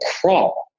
crawl